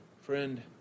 Friend